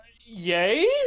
Yay